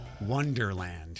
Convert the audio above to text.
Wonderland